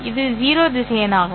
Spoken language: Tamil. இது 0 திசையன் ஆகும்